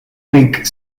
week